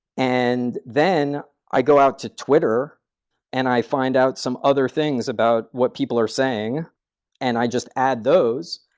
and then i go out to twitter and i find out some other things about what people are saying and i just add those.